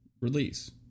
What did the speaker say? release